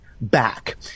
back